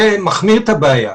זה מחמיר את הבעיה.